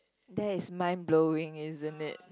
that is mind blowing isn't it